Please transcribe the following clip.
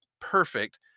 perfect